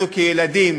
אנחנו כילדים